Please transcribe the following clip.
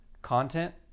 content